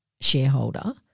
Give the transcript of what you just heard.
shareholder